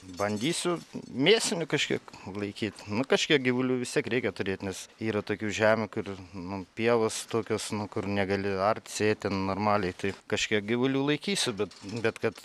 bandysiu mėsinių kažkiek laikyt nu kažkiek gyvulių vis tiek reikia turėt nes yra tokių žemių kur nu pievos tokios nu kur negali art sėt ten normaliai tai kažkiek gyvulių laikysiu bet bet kad